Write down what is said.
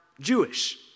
Jewish